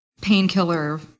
painkiller